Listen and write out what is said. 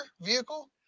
vehicle